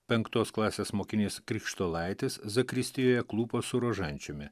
penktos klasės mokinys krikštolaitis zakristijoje klūpo su rožančiumi